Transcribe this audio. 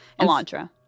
Elantra